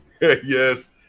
Yes